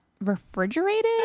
refrigerated